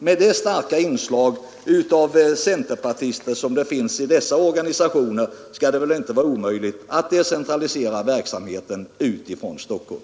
Med det starka inslag av centerpartister som finns i de ifrågavarande organisationerna skall det väl inte vara omöjligt att decentralisera verksamheten från Stockholm.